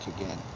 again